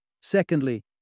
Secondly